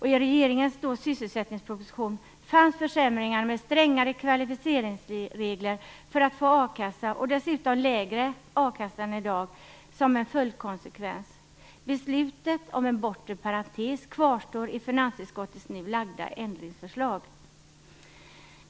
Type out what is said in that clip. I regeringens sysselsättningsproposition fanns försämringarna med strängare kvalificeringsregler för att få a-kassa och dessutom lägre a-kassa än i dag som en följdkonsekvens. Beslutet om en bortre parentes kvarstår i finansutskottets nu lagda ändringsförslag.